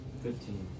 Fifteen